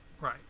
Right